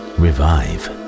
revive